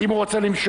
חיים כץ: